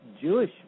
Jewish